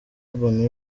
urban